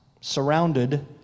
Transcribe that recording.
surrounded